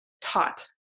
taught